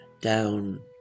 down